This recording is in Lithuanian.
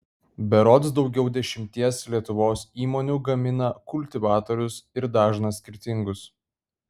berods daugiau dešimties lietuvos įmonių gamina kultivatorius ir dažna skirtingus